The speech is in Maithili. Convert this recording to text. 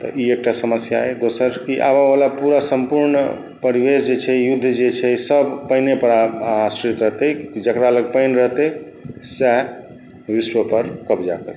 तँ ई एकटा समस्या अछि दोसर कि आबऽ बला पूरा सम्पूर्ण परिवेश जे छै युद्ध जे छै से सब पानिये पर आश्रित रहतैक जकरा लग पानि रहतैक सैएह विश्वपर कब्जा करतै